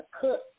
cook